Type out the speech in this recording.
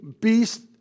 beast